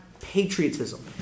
patriotism